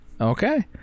Okay